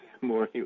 more